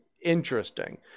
interesting